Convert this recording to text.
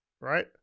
right